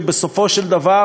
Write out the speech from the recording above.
שבסופו של דבר